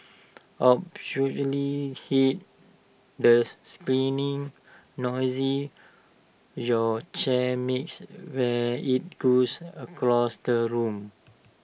absolutely hate the noise your chair makes when IT goes across the room